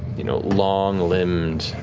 you know, long-limbed,